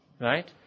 Right